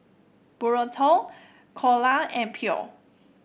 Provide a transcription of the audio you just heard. Burrito Dhokla and Pho